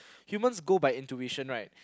humans go by intuition right